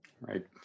Right